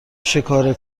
شکار